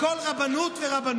הכול רבנות ורבנות.